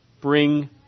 bring